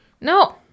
No